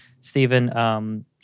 Stephen